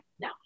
no